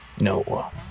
No